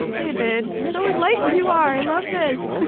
david, so enlightened you are. i love this.